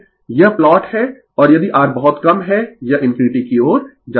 यह प्लॉट है और यदि R बहुत कम है यह इनफिनिटी की ओर जाता है